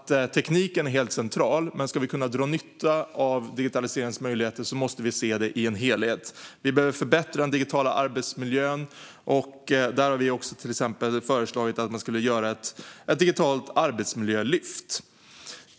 Tekniken är helt central, men om vi ska kunna dra nytta av digitaliseringens möjligheter måste vi se det som en helhet. Den digitala arbetsmiljön måste förbättras, och därför har Moderaterna föreslagit att man ska göra ett digitalt arbetsmiljölyft.